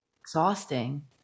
Exhausting